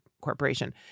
corporation